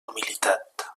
humilitat